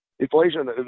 Inflation